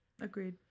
Agreed